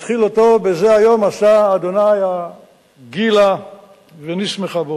מתחיל אותו ב"זה היום עשה ה' נגילה ונשמחה בו".